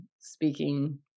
speaking